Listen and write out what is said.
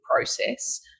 process